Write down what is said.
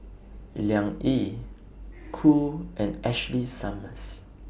Liang Yi Cool and Ashley Summers